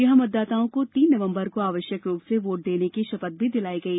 यहां मतदाताओं को तीन नवंबर को आवश्यक रूप से वोट देने की शपथ भी दिलाई गई